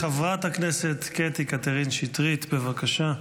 חברת הכנסת קטי קטרין שטרית, בבקשה.